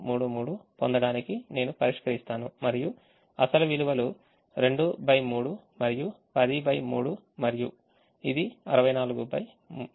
333 పొందడానికి నేను పరిష్కరిస్తాను మరియు అసలు విలువలు 23 మరియు 103 మరియు ఇది 643